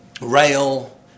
rail